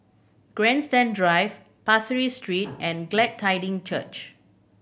Grandstand Drive Pasir Ris Street and Glad Tiding Church